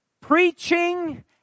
preaching